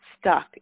stuck